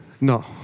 No